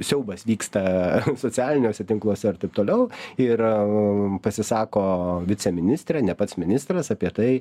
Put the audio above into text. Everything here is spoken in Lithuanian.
siaubas vyksta socialiniuose tinkluose ir taip toliau ir pasisako viceministrė ne pats ministras apie tai